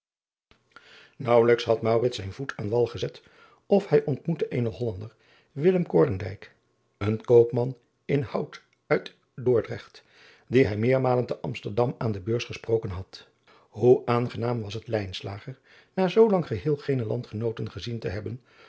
aauwelijks had zijn voet aan wal gezet of hij ontmoette eenen ollander een koopman in out uit ordrecht dien hij meermalen te msterdam aan de eurs gesproken had oe aangenaam was het na zoolang geheel geene landgenooten gezien te hebben